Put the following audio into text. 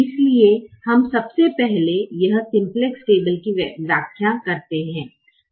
इसलिए हमने सबसे पहले यह सिम्प्लेक्स टेबल की व्याख्या करने दें